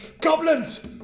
goblins